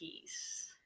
peace